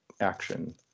action